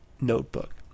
notebook